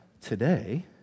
Today